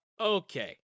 okay